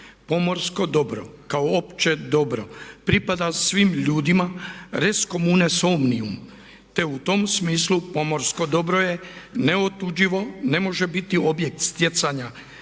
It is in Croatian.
Pomorsko dobro kao opće dobro pripada svim ljudima res communes omnium te u tom smislu pomorsko dobro je neotuđivo, ne može biti objekt stjecanja